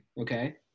okay